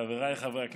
חבריי חברי הכנסת,